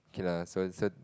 okay lah so so